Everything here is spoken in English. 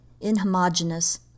inhomogeneous